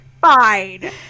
fine